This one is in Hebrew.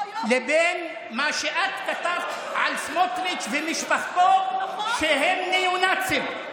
ומה שאת כתבת על סמוטריץ' ומשפחתו שהם ניאו-נאצים.